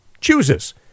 chooses